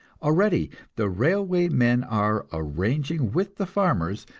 already the railway men are arranging with the farmers,